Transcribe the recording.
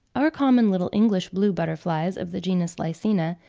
our common little english blue butterflies of the genus lycaena,